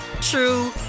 true